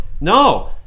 no